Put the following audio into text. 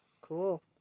Cool